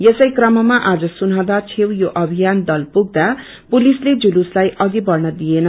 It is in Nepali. यसै क्रममा आज सुनादह छेऊ यो अभियन दल पुग्या पुसिसले जुलुसलाई अघि बढ़न दिएन